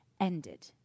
ended